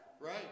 Right